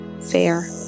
fair